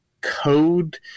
code